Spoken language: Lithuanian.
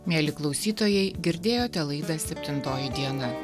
mieli klausytojai girdėjote laidą septintoji diena